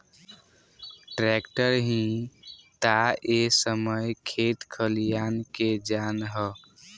tractor ही ता ए समय खेत खलियान के जान ह